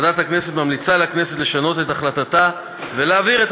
ועדת הכנסת ממליצה לכנסת לשנות את החלטתה ולהעביר את